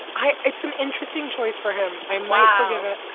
i. it's an interesting choice for him i might forgive it.